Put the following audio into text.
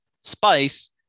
Spice